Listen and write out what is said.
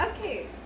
okay